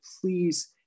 please